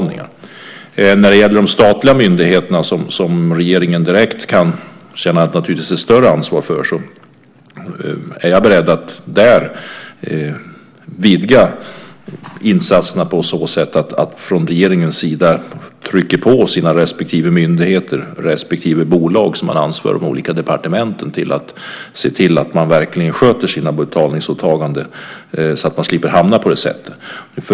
När det gäller de statliga myndigheterna, som regeringen naturligtvis direkt kan känna ett större ansvar för, är jag beredd att vidga insatserna på så sätt att vi från regeringens sida trycker på våra respektive myndigheter och respektive bolag som vi har ansvar för i de olika departementen. Vi måste se till att de verkligen sköter sina betalningsåtaganden så att man slipper hamna i en sådan här situation.